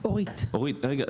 אורית, רגע.